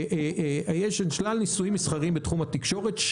יש שלל ניסויים מסחריים בתחום התקשורת,